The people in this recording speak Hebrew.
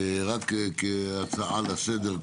רק כהצעה לסדר,